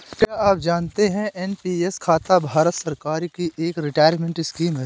क्या आप जानते है एन.पी.एस खाता भारत सरकार की एक रिटायरमेंट स्कीम है?